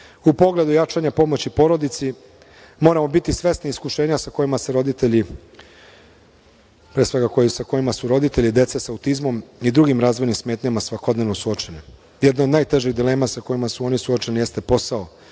pogledu jačanja pomoći porodici moramo biti svesni iskušenja sa kojima se roditelji, pre svega sa kojima su roditelji dece sa autizmom i drugim razvojnim smetnjama svakodnevno suočeni. Jedna od najtežih dilema sa kojima su oni suočeni jeste posao